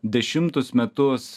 dešimtus metus